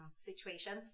situations